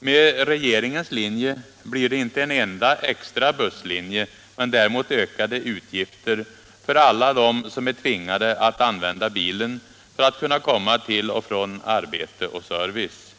Med regeringens förslag blir det inte en enda extra busslinje men däremot ökade utgifter för alla dem som är tvingade att använda bilen för att kunna komma till och från arbete och service.